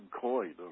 coin